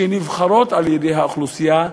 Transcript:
שנבחרות על-ידי האוכלוסייה,